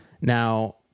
Now